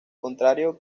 contrario